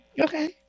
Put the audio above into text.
Okay